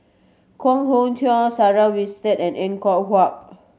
Koh Nguang Sarah Winstedt and Er Kwong Wah